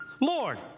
Lord